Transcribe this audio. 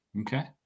Okay